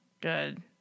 Good